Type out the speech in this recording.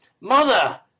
Mother